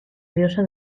diosa